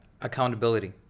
accountability